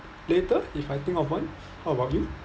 later if I think of one how about you